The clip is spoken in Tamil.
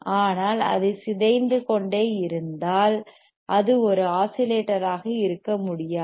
ஆனால் அது சிதைந்து கொண்டே இருந்தால் அது ஒரு ஆஸிலேட்டராக இருக்க முடியாது